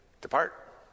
Depart